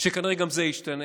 שכנראה גם זה ישתנה,